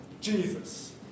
Jesus